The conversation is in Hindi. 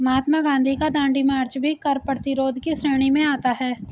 महात्मा गांधी का दांडी मार्च भी कर प्रतिरोध की श्रेणी में आता है